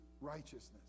righteousness